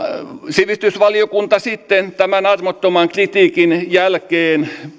sivistysvaliokunta sitten tämän armottoman kritiikin jälkeen